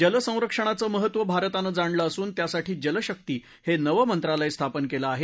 जलसंरक्षणाचं महत्त्व भारतानं जाणलं असून त्यासाठी जलशक्ती हे नवे मंत्रालय स्थापन केलं आहे